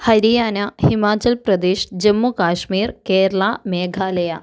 Haryana Himachal Pradesh Jammu Kashmir Kerala Meghalaya